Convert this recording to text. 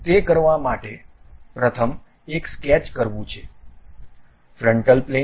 તેથી તે કરવા માટે પ્રથમ એક સ્કેચ કરવું છે ફ્રન્ટલ પ્લેન